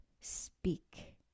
speak